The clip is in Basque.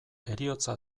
heriotza